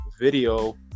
video